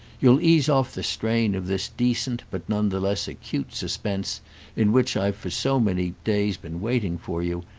you'll ease off the strain of this decent but none the less acute suspense in which i've for so many days been waiting for you,